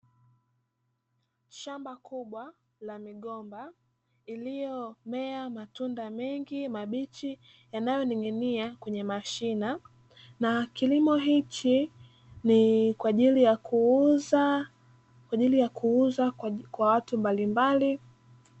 shamba kubwa la migomba iliyomea matunda mengi mabichi, yanayoning'ia kwenye mashina na kilimo hichi ni kwaajili yakuuza kwa watu mbalimbali.